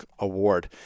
Award